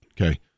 okay